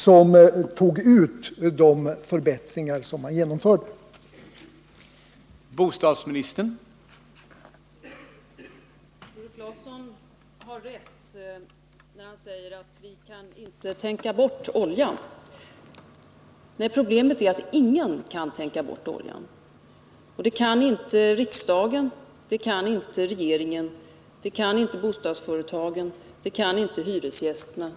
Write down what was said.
Man gav med den ena handen men tog tillbaka med den andra!